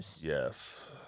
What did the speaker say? Yes